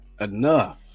enough